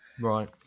right